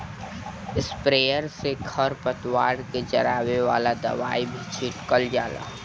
sprayer से खर पतवार के जरावे वाला दवाई भी छीटल जाला